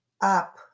up